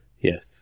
Yes